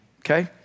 Okay